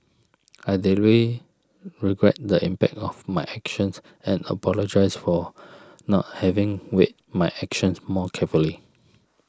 I deeply regret the impact of my actions and apologise for not having weighed my actions more carefully